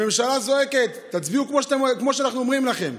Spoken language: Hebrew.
הממשלה זועקת: תצביעו כמו שאנחנו אומרים לכם.